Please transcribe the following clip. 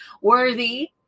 worthy